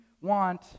want